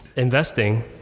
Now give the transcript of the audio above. Investing